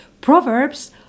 Proverbs